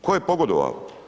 Tko je pogodova?